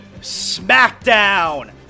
SmackDown